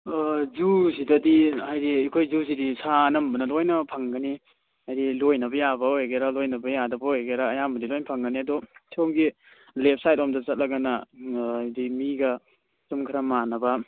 ꯖꯨꯁꯤꯗꯗꯤ ꯍꯥꯏꯗꯤ ꯑꯩꯈꯣꯏ ꯖꯨꯁꯤꯗꯤ ꯁꯥ ꯑꯅꯝꯕꯅ ꯂꯣꯏꯅ ꯐꯪꯒꯅꯤ ꯍꯥꯏꯗꯤ ꯂꯣꯏꯅꯕ ꯌꯥꯕ ꯑꯣꯏꯒꯦꯔ ꯂꯣꯏꯅꯗꯕ ꯌꯥꯗꯕ ꯑꯣꯏꯒꯦꯔ ꯑꯌꯥꯝꯕꯗꯤ ꯂꯣꯏꯅ ꯐꯪꯒꯅꯤ ꯑꯗꯣ ꯁꯣꯝꯒꯤ ꯂꯦꯐ ꯁꯥꯏꯗ ꯂꯣꯝꯗ ꯆꯠꯂꯒꯅ ꯍꯥꯏꯗꯤ ꯃꯤꯒ ꯁꯨꯝ ꯈꯔ ꯃꯥꯟꯅꯕ